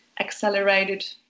accelerated